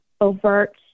overt